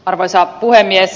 arvoisa puhemies